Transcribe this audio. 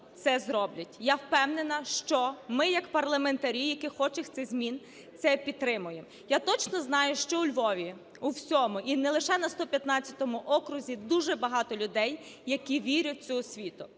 це зроблять. Я впевнена, що ми як парламентарі, які хочуть цих змін, це підтримаємо. Я точно знаю, що у Львові, у всьому, і не лише на 115 окрузі, дуже багато людей, які вірять в цю освіту.